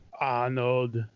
Arnold